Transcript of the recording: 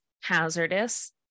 hazardous